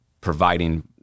providing